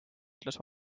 ütles